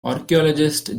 archaeologist